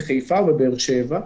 בחיפה או בבאר שבע,